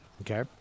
Okay